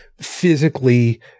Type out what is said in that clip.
physically